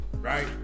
right